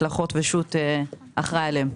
מקלחות ושות' אחראי עליהם?